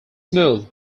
move